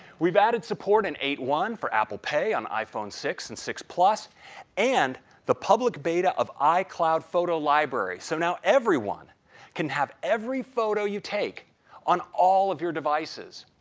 we've added support in eight point one for apple pay, on iphone six and six plus and the public beta of icloud photo library. so, now, everyone can have every photo you take on all of your devices.